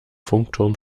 funkturm